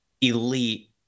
elite